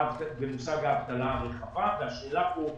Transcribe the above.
במושג האבטלה הרחבה והשאלה כאן,